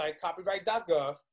copyright.gov